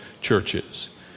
churches